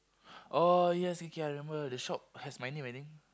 oh yes okay I remember the shop has my name I think